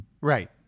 right